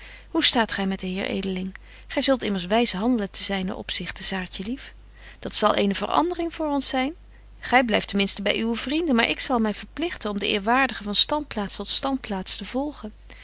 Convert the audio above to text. hoe staat gy met den heer edeling gy zult immers wys handelen ten zynen opzichte saartje lief dat zal eene verandering voor ons zyn gy blyft ten minsten by uwe vrienden maar ik zal my verpligten om den eerwaardigen van standplaats tot standplaats te volgen